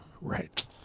Right